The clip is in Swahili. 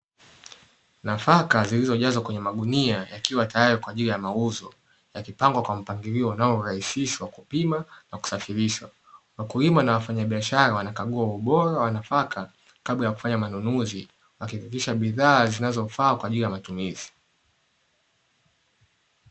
Nafaka zilizo jazwa kwenye magunia yakiwa tayari kwa ajili ya mauzo yakipangwa kwa mpangilio unaorahisishwa kupima na kusafirishwa wakulima na wafanyabiashara, wanakagua ubora wa nafaka kabla ya kufanya manunuzi wakihakikisha bidhaa zinazo faa kwa ajili ya manunuzi.